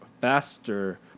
faster